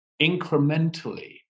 incrementally